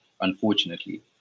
unfortunately